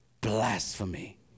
blasphemy